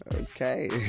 Okay